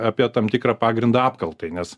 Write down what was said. apie tam tikrą pagrindą apkaltai nes